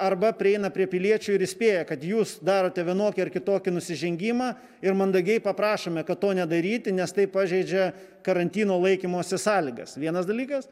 arba prieina prie piliečių ir įspėja kad jūs darote vienokį ar kitokį nusižengimą ir mandagiai paprašome kad to nedaryti nes tai pažeidžia karantino laikymosi sąlygas vienas dalykas